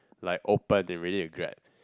like open ready to grab